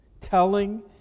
telling